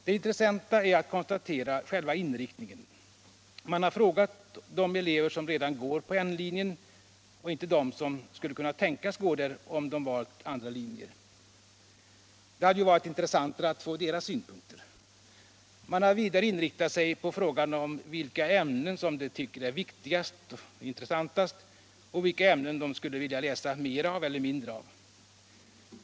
Det intressanta är att konstatera själva inriktningen. Man har frågat de elever som redan går på den naturvetenskapliga linjen och inte dem som skulle kunna tänkas gå där men som valt andra linjer. Det hade ju varit intressantare att få de senares synpunkter. Man har vidare inriktat sig på frågor om vilka ämnen som eleverna tycker är viktigast och intressantast och vilka ämnen de skulle vilja läsa mer eller mindre av.